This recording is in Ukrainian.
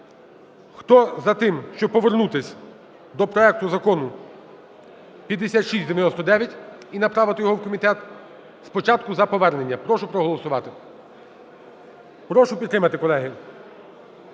Хто за те, щоб повернутись до проекту Закону 5699 і направити його в комітет. Спочатку за повернення. Прошу проголосувати. Прошу підтримати, колеги.